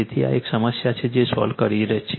તેથી આ એક સમસ્યા છે જે સોલ્વ કરી રહી છે